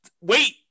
Wait